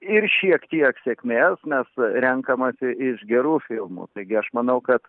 ir šiek tiek sėkmės nes renkamasi iš gerų filmų taigi aš manau kad